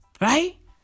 Right